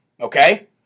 Okay